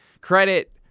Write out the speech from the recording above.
credit